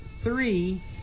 three